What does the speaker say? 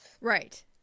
right